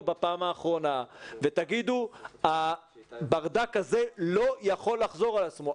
בפעם האחרונה ותגידו שהברדק הזה לא יכול לחזור על עצמו.